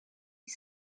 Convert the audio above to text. was